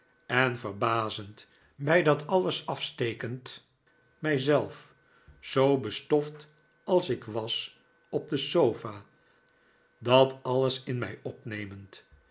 en verbazend bij dat alles afstekend mij zelf zoo bestoft als ik was op de sofa dat alles in mij opnemend